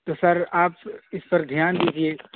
تو سر آپ اس پر دھیان دیجیے